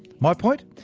my point?